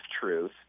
truth